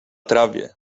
trawie